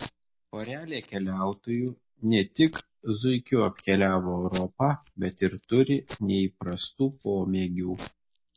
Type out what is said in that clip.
porelė keliautojų ne tik zuikiu apkeliavo europą bet ir turi neįprastų pomėgių